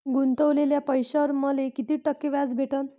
गुतवलेल्या पैशावर मले कितीक टक्के व्याज भेटन?